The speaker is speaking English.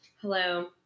Hello